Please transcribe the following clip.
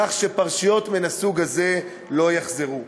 כך שפרשיות מן הסוג הזה לא יחזרו.